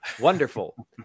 wonderful